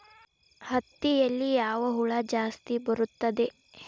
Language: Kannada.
ಹತ್ತಿಯಲ್ಲಿ ಯಾವ ಹುಳ ಜಾಸ್ತಿ ಬರುತ್ತದೆ?